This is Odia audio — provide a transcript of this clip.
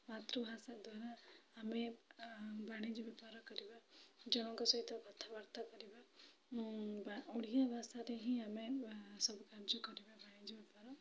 ମାତୃଭାଷା ଦ୍ୱାରା ଆମେ ବାଣିଜ୍ୟ ବେପାର କରିବା ଜଣକ ସହିତ କଥାବାର୍ତ୍ତା କରିବା ଓଡ଼ିଆ ଭାଷାରେ ହିଁ ଆମେ ସବୁ କାର୍ଯ୍ୟକରିବା ବାଣିଜ୍ୟ ବେପାର